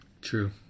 True